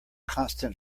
constant